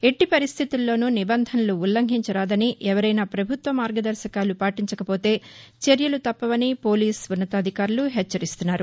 ఎట్టిపరిస్టితుల్లోనూ నిబంధనలు ఉల్లఘించరాదని ఎవరైనా ప్రభుత్వ మార్గదర్భకాలు పాటించకపోతే చర్యలు తప్పవని పోలీసు ఉన్నతాధికారులు హెచ్చరిస్తున్నారు